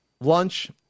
lunch